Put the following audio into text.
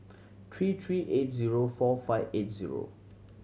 three three eight zero four five eight zero